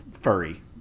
furry